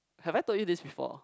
have I told you this before